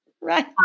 Right